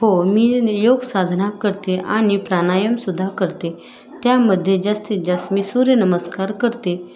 हो मी योगसाधना करते आणि प्राणायामसुद्धा करते त्यामध्ये जास्तीत जास्त मी सूर्यनमस्कार करते